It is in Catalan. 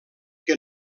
que